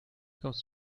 kommst